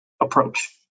approach